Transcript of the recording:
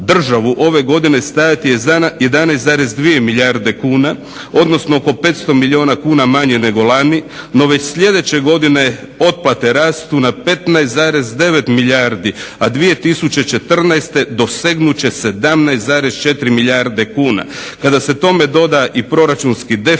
državu ove godine stajati 11,2 milijarde kuna odnosno oko 500 milijuna kuna manje nego lani no već sljedeće godine otplate rastu na 15,9 milijardi a 2014. dosegnut će 17,4 milijarde kuna. Kada se tome doda i proračunski deficit,